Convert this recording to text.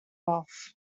wealth